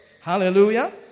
Hallelujah